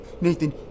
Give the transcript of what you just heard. Nathan